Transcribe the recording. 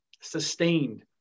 sustained